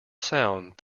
sound